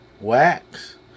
wax